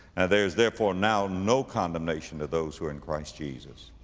there is therefore now no condemnation to those who are in christ jesus.